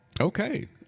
Okay